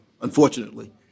unfortunately